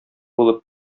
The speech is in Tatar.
булып